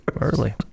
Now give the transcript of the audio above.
early